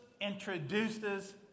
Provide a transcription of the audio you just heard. introduces